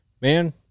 man